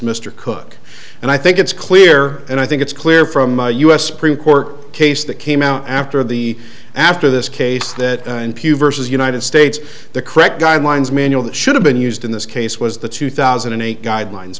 mr cooke and i think it's clear and i think it's clear from the u s supreme court case that came out after the after this case that in pew versus united states the correct guidelines manual that should have been used in this case was the two thousand and eight guidelines